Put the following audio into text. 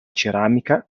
ceramica